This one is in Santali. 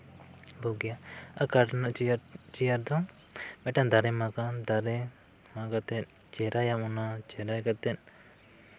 ᱵᱩᱜᱤᱭᱟ ᱟᱨ ᱠᱟᱴᱷ ᱨᱮᱭᱟᱜ ᱪᱮᱭᱟᱨ ᱫᱚ ᱢᱤᱫᱴᱟᱱ ᱫᱟᱨᱮᱢ ᱢᱟᱜᱽᱼᱟ ᱫᱟᱨᱮ ᱢᱟᱜ ᱠᱟᱛᱮ ᱪᱮᱨᱟᱭᱟᱢ ᱚᱱᱟ ᱪᱮᱨᱟ ᱠᱟᱛᱮ